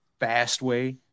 Fastway